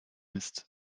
ist